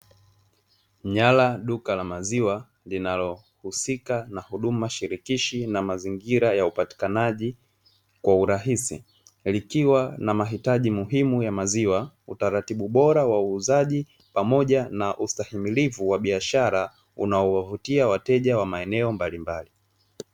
Nyala duka la maziwa kinalojishughulisha na huduma shirikishi na mazingira ya upatikanaji kwa urahisi, likiwa na mahitaji muhimu ya maziwa, utaratibu bora wa uuzaji pamoja na ustamihilivu wa biashara, unaowavutia wateja wa maeneo mbalimbali.